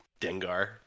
dengar